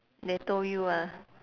they told you ah